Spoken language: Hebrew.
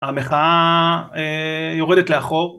המחאה יורדת לאחור